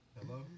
Hello